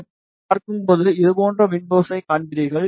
இதைப் பார்க்கும்போது இது போன்ற விண்டோவை காண்பீர்கள்